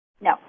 No